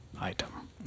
item